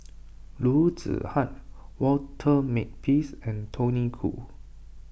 Loo Zihan Walter Makepeace and Tony Khoo